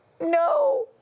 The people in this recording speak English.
no